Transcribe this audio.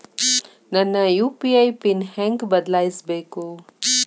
ನನ್ನ UPI PIN ಹೆಂಗ್ ಬದ್ಲಾಯಿಸ್ಬೇಕು?